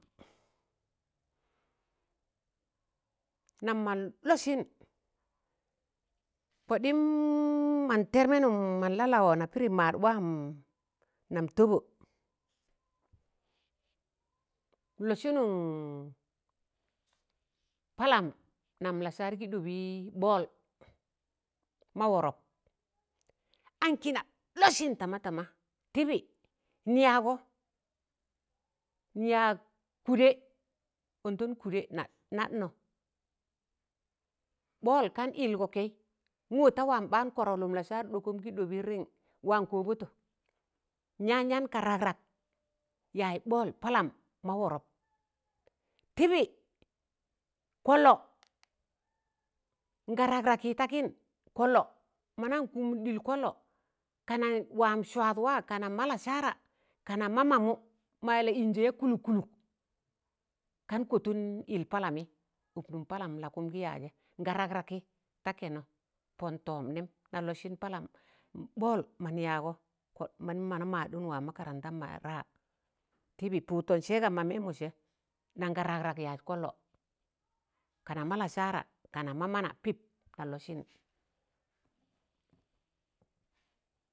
nam man lọssịn kọɗịm man tẹrmẹn nụm man la lawọ na pịdị maad waam nam tọbọ, nlọsịn palam nam lasaar kị ɗọbị bol ma ọrọp ankị na lọssịn tama tama, tịbị nyagọ nyaag kụdẹ ọndan kụdẹ. na nad no bol kan ịlgọ kẹị nwọ ta waam ɓaan kọrọlụm lasaar ɗọkọm kị ɗọbị ring waan kọọbọtọ nyan yan ka rag- rag yaai bol palam ma wọrọp tịbị kọllọ nga rag ragị takịn kọllọ mọ na kụmụn ɗịl kọllọ kanan waam swad waa kanam ma lasara, kana ma mamụ maya la ịnjẹ ya kụlụk kụlụk kan kọtụn ịl palamị ụk nụm palam lakụm gị yajẹ nga rag rakị ta kẹnọ pọn tọọm nẹm na lọsịn palam ɓol nam yaagọ kọd man ma na maadụn waa makarantam ma raa tịbị pụttọn sẹgam mọ miẹmọ sẹ naṉ ga rag rag yaaz kọllọ kana ma lasara, kana ma mana pịp ka lọsịn.